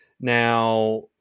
now